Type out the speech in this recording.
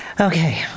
Okay